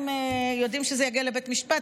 אם יודעים שזה יגיע לבית משפט,